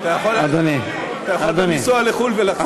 אתה יכול גם לנסוע לחו"ל ולחזור.